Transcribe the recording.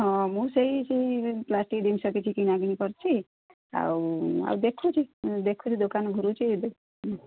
ହଁ ମୁଁ ସେଇ ସେଇ ପ୍ଲାଷ୍ଟିକ୍ ଜିନିଷ କିଛି କିଣାକିଣି କରିଛି ଆଉ ଆଉ ଦେଖୁଛି ଦେଖୁଛି ଦୋକାନ ଘୁରୁଛି